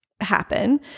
happen